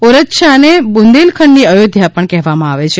ઓ રછાને બુંદેલખંડની અયોધ્યા પણ કહેવામાં આવે છે